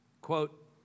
Quote